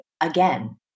again